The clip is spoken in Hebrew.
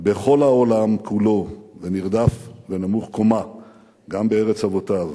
בכל העולם כולו, ונרדף ונמוך קומה גם בארץ אבותיו,